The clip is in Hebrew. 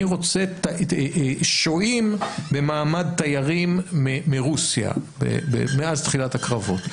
אני רוצה את השוהים במעמד תיירים מרוסיה מאז תחילת הקרבות,